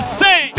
say